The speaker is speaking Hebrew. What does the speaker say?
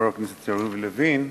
לוין